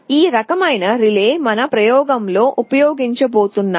ఈ రకమైన రిలే మన ప్రయోగంలో ఉపయోగించబోతున్నాం